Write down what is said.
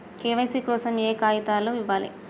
KYC కోసం ఏయే కాగితాలు ఇవ్వాలి?